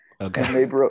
Okay